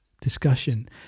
discussion